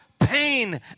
pain